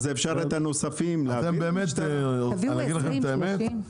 אז אפשר את הנוספים להעביר --- אגיד לכם את האמת?